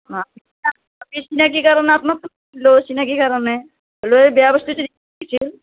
চিনাকি কাৰণে আপ্নাৰ বোলো চিনাকি কাৰণে হলেও বেয়া বস্তুটো দিছিল